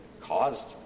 caused